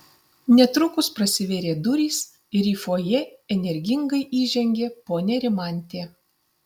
netrukus prasivėrė durys ir į fojė energingai įžengė ponia rimantė